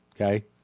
Okay